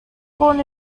born